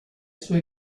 sue